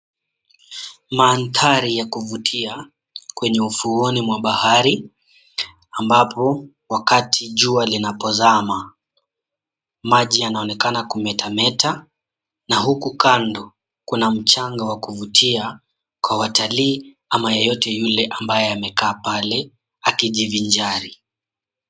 Mandhari ya kuvutia, kwenye ufuoni mwa bahari ambapo wakati jua linapozama. Maji yanaonekana kumetameta na huku kando kuna mchanga wa kuvutia kwa watalii ama yeyote yule ambaye amekaa pale akijivinjari.